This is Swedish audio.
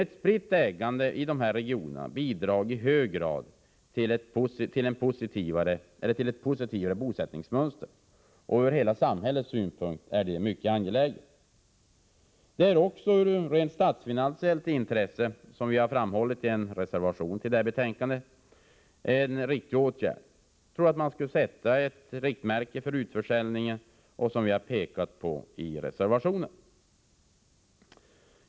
Ett spritt ägande i dessa regioner bidrar i hög grad till ett positivare bosättningsmönster, och ur hela samhällets synpunkt är detta mycket angeläget. Det är också av statsfinansiellt intresse, som vi framhållit i en reservation till betänkandet. Jag tror att det vore lämpligt att sätta upp ett riktmärke för storleken av försäljningsintäkterna, som vi också framhållit i denna reservation.